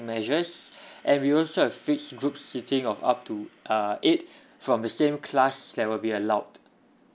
measures and we also have fixed groups sitting of up to uh eight from the same class that will be allowed